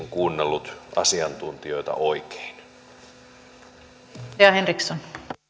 kuunnellut asiantuntijoita oikein arvoisa puhemies